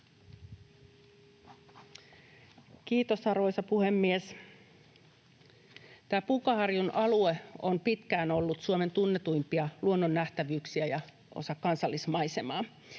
Kiitos, arvoisa puhemies! Punkaharjun alue on pitkään ollut Suomen tunnetuimpia luonnonnähtävyyksiä ja osa kansallismaisemaa,